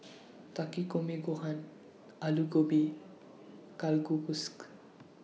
Takikomi Gohan Alu Gobi